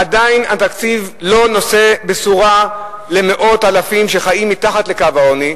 עדיין התקציב לא נושא בשורה למאות אלפים שחיים מתחת לקו העוני,